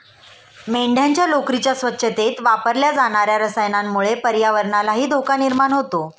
मेंढ्यांच्या लोकरीच्या स्वच्छतेत वापरल्या जाणार्या रसायनामुळे पर्यावरणालाही धोका निर्माण होतो